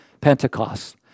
Pentecost